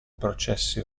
processi